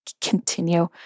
continue